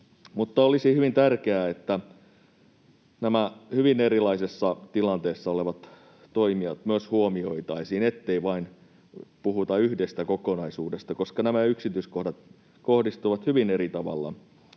olisi hyvin tärkeää, että myös nämä hyvin erilaisessa tilanteessa olevat toimijat huomioitaisiin, ettei puhuta vain yhdestä kokonaisuudesta, koska nämä yksityiskohdat kohdistuvat hyvin eri tavalla